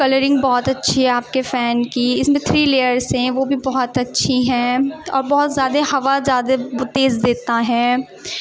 colouring بہت اچّھى ہے آپ كے فين كى اس میں تھری ليئرس ہيں وہ بھى بہت اچّھى ہيں اور بہت زيادہ ہوا زیادہ تیز دیتا ہے